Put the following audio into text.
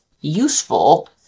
useful